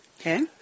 Okay